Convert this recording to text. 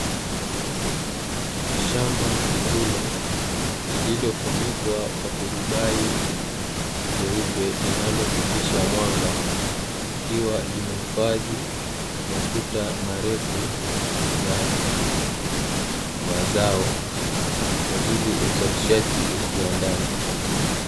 Shamba kitulo lililofunikwa na turubai jeupe linalopitisha mwanga, likiwa limehifadhi matuta marefu ya mazao kwa ajili ya uzalishaji wa kiwandani.